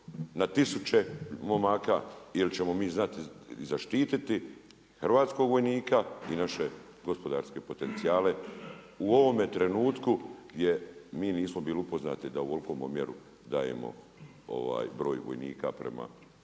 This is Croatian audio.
na tisuće momaka ili ćemo znati zaštiti hrvatskog vojnika i naše gospodarske potencijale? U ovome trenutku je, mi nismo upoznati da u ovakvom omjeru dajemo broj vojnika prema